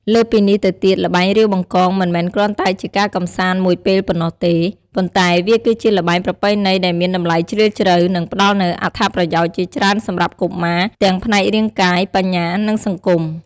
លើសពីនេះទៅទៀតល្បែងរាវបង្កង មិនមែនគ្រាន់តែជាការកម្សាន្តមួយពេលប៉ុណ្ណោះទេ ប៉ុន្តែវាគឺជាល្បែងប្រពៃណីដែលមានតម្លៃជ្រាលជ្រៅ និងផ្តល់នូវអត្ថប្រយោជន៍ជាច្រើនសម្រាប់កុមារ ទាំងផ្នែករាងកាយ បញ្ញា និងសង្គម។